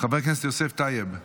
חבר הכנסת יוסף טייב,